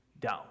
down